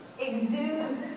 exudes